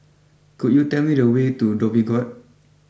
could you tell me the way to Dhoby Ghaut